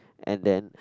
and then